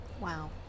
wow